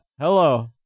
Hello